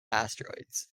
asteroids